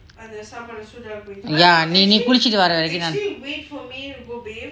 நீ குளிச்சிட்டு வர வரைக்கும் நா:nee kulichittu vara varaikkum naa